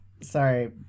sorry